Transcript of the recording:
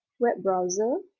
web browser,